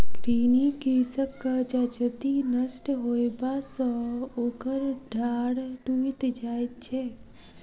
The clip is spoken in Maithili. ऋणी कृषकक जजति नष्ट होयबा सॅ ओकर डाँड़ टुइट जाइत छै